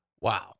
Wow